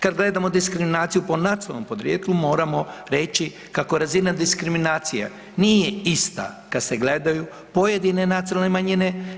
Kad gledamo diskriminaciju po nacionalnom podrijetlu moramo reći kako razina diskriminacije nije ista kad se gledaju pojedine nacionalne manjine.